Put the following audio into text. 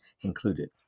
included